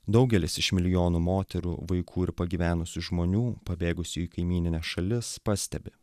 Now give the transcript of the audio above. daugelis iš milijonų moterų vaikų ir pagyvenusių žmonių pabėgusių į kaimynines šalis pastebi